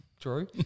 True